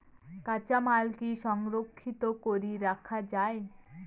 কাঁচামাল কি সংরক্ষিত করি রাখা যায়?